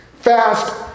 fast